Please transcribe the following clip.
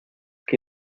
que